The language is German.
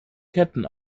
ketten